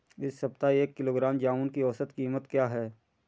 इस सप्ताह एक किलोग्राम जामुन की औसत कीमत क्या है?